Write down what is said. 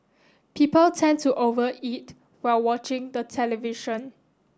people tend to over eat while watching the television